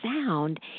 sound